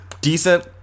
decent